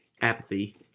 apathy